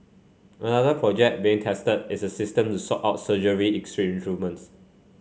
another project being tested is a system to sort out surgery